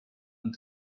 und